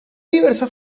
diversas